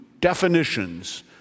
definitions